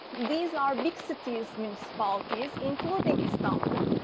these are big cities, municipalities, including istanbul,